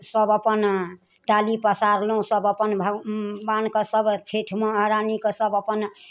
सब अपन डाली पसारलहुँ सब अपन भगवानके सब छैठ महरानीके सब अपन